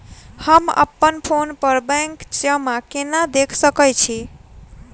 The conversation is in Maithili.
हम अप्पन फोन पर बैंक जमा केना देख सकै छी?